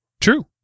true